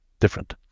different